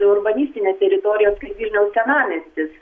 urbanistinės teritorijos vilniaus senamiestis